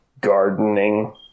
gardening